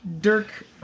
Dirk